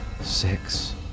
Six